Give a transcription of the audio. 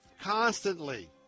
constantly